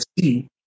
see